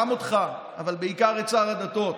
גם אותך אבל בעיקר את שר הדתות